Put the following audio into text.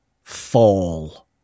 Fall